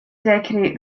decorate